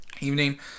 evening